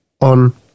on